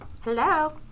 Hello